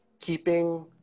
keeping